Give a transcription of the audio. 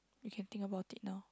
you can think about it now